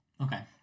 Okay